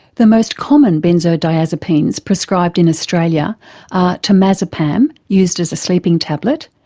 the most common benzodiazepines prescribed in australia are temazepam, used as a sleeping tablet,